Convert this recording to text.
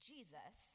Jesus